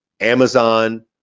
Amazon